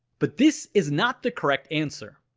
but this is not the correct answer!